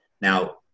Now